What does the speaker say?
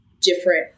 different